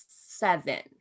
seven